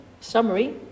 summary